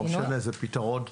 לא משנה, זה פתרון.